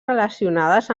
relacionades